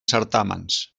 certàmens